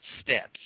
steps